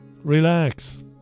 relax